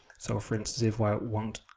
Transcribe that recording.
so for instance, if i want,